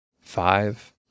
five